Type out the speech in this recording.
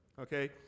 okay